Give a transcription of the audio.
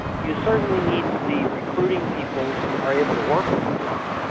you certainly need to be recruiting people who are able to work with each other,